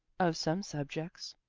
of some subjects,